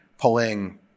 pulling